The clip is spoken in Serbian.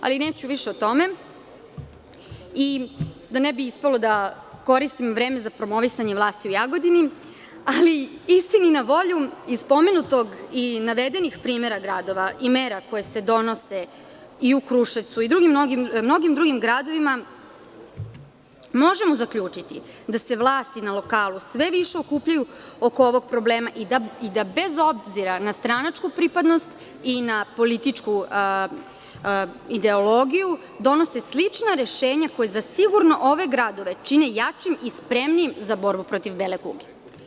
Da ne bi ispalo da koristim vreme za promovisanje vlasti u Jagodini, istini na volju iz pomenutog i navedenog primera gradova i mera koje se donose i u Kruševcu i mnogo drugim gradovima, možemo zaključiti da se vlasti na lokalu sve više okupljaju oko ovog problema i da bez obzira na stranačku pripadnost i političku ideologiju, donose slična rešenja koje zasigurno ove gradove čini jačim i spremnim za borbu protiv bele kuge.